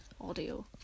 audio